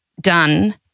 done